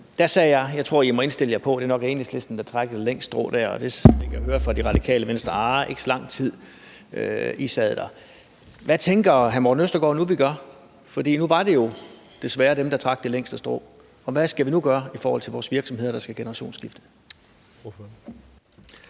Jeg tror, at I må indstille jer på, at det nok er Enhedslisten, der trækker det længste strå dér. Og der kunne jeg høre på Det Radikale Venstre, at det ikke ville ske, så længe de sad der. Hvad tænker hr. Morten Østergaard vi gør nu? For nu var det jo desværre dem, der trak det længste strå. Så hvad skal vi nu gøre i forhold til vores virksomheder, der skal generationsskifte?